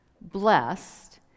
blessed